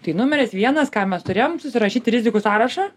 tai numeris vienas ką mes turėjom susirašyti rizikų sąrašą